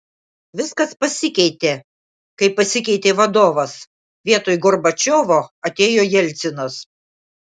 viskas pasikeitė kai pasikeitė vadovas vietoj gorbačiovo atėjo jelcinas